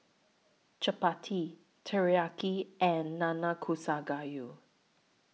Chapati Teriyaki and Nanakusa Gayu